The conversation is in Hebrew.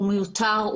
הוא מיותר,